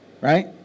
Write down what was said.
Right